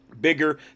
bigger